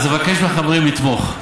אז אבקש מהחברים לתמוך.